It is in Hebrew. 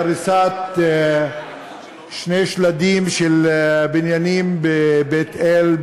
הריסת שני שלדים של בניינים בבית-אל,